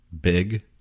Big